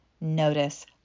notice